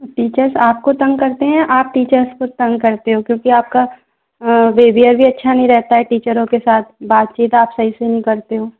teachers आपको तंग करतें हैं या आप टीचर्ज़ को तंग करते हो क्योंकि आपका बेहवियर भी अच्छा नहीं रहता है टीचरों के साथ बातचीत आप सही से नहीं करते हो